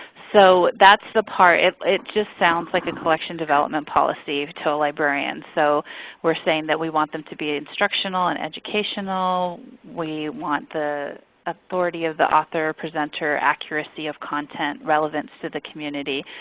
so that's the part it it just sounds like a collection development policy to a librarian. so we're saying that we want them to be instructional and educational. we want the authority of the author, presenter, accuracy of content, relevance to the community.